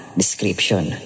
description